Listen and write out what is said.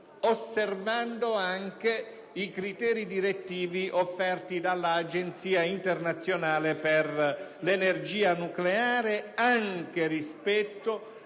osservando i criteri direttivi offerti dall'Agenzia internazionale per l'energia nucleare anche rispetto